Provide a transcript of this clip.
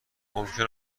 ممکن